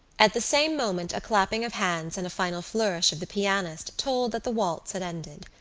at the same moment a clapping of hands and a final flourish of the pianist told that the waltz had ended.